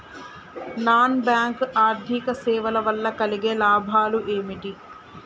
Non bank ఆర్థిక సేవల వల్ల కలిగే లాభాలు ఏమిటి?